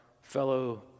fellow